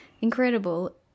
incredible